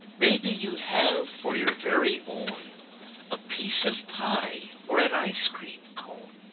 maybe you have for your very own a piece of pie or an ice cream cone